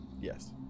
yes